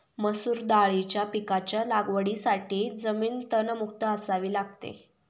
मसूर दाळीच्या पिकाच्या लागवडीसाठी जमीन तणमुक्त असावी लागते